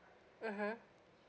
mmhmm